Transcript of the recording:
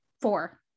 four